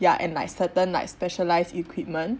ya and like certain like specialized equipment